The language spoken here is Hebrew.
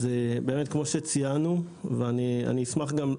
אז באמת כמו שציינו, אני אשמח גם,